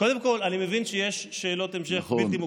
קודם כול, אני מבין שיש שאלות המשך בלתי מוגבלות.